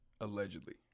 Allegedly